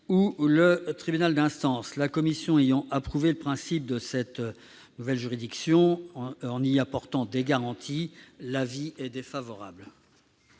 ou le tribunal d'instance. La commission ayant approuvé le principe de cette nouvelle juridiction, en y apportant des garanties, elle émet, sur cet